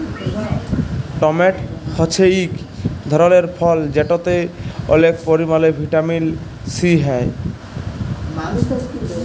tomato হছে ইক ধরলের ফল যেটতে অলেক পরিমালে ভিটামিল সি হ্যয়